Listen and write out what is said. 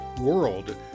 world